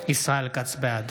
כץ, בעד